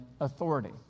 authority